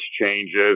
changes